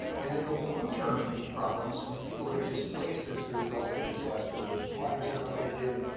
and then the long term problems, when people are displaced as the result of a disaster, lives are abandoned,